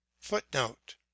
Footnote